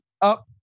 up